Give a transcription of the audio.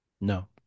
No